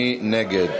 מי נגד?